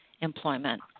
employment